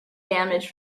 damage